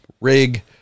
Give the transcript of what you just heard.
rig